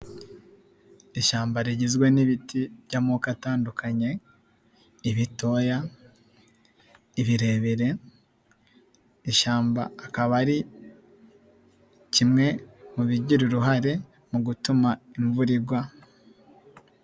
Ishyamba rigizwe n'ibiti by'amoko atandukanye, ibitoya, ibirebire ishyamba akaba ari kimwe mu bigira uruhare mu gutuma imvura igwa.